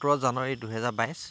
সোতৰ জানুৱাৰী দুহেজাৰ বাইছ